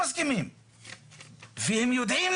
משרד המשפטים מתבקש לענות לך מתי שבא לו --- יפה,